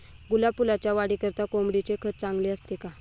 गुलाब फुलाच्या वाढीकरिता कोंबडीचे खत चांगले असते का?